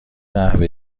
قهوه